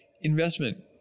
investment